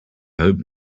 hope